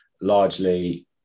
largely